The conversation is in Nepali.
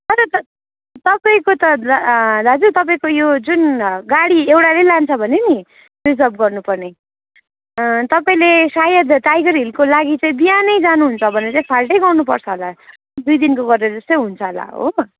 तर त तपाईँको त दाजु तपाईँको यो जुन गाडी एउटाले लान्छ भने नि रिजर्भ गर्नुपर्ने तपाईँले सायद टाइगर हिलको लागि चाहिँ बिहानै जानुहुन्छ भने चाहिँ फाल्टै गर्नुपर्छ होला दुई दिनको गरेर चाहिँ हुन्छ होला हो